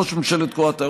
ראש ממשלת קרואטיה,